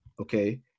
okay